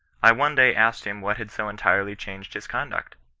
i one day asked him what had so entirely changed his conduct?